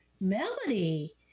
melody